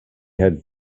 had